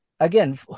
Again